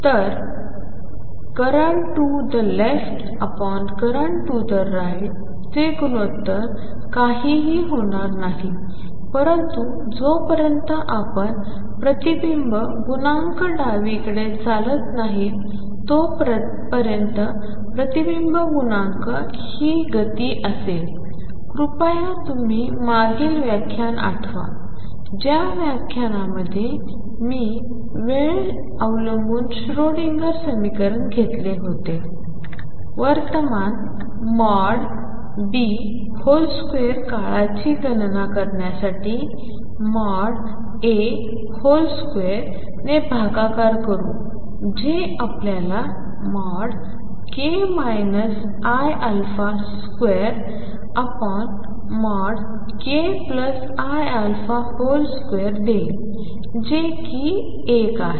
तर current to the leftcurrent to the right चे गुणोत्तर काहीही होणार नाही परंतु जोपर्यंत आपण प्रतिबिंब गुणांक डावीकडे चालू करत नाही तोपर्यंत प्रतिबिंब गुणांक ही गती असेल कृपया तुम्ही मागील व्याख्यान आठवा ज्या व्याख्यानामध्ये मी वेळ अवलंबून श्रोडिंगर समीकरण घेतले होते वर्तमानB2 काळाची गणना करण्यासाठीA2 ने भागाकार करू जे आपल्याला k iα2kiα2 देईल जे कि 1 आहे